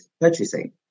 purchasing